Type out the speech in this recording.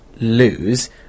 lose